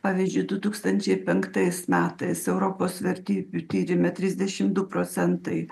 pavyzdžiui du tūkstančiai penktais metais europos vertybių tyrime trisdešim du procentai